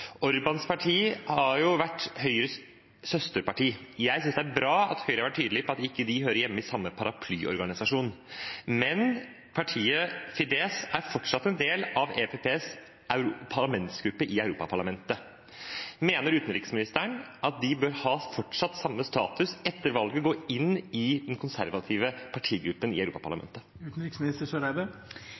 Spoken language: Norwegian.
Orbáns parti har jo vært Høyres søsterparti. Jeg synes det er bra at Høyre har vært tydelig på at ikke de hører hjemme i samme paraplyorganisasjon. Men partiet, Fidesz, er fortsatt en del av EPP-parlamentsgruppen i Europaparlamentet. Mener utenriksministeren at de fortsatt bør ha samme status etter valget og gå inn i den konservative partigruppen i Europaparlamentet?